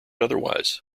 otherwise